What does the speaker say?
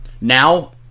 Now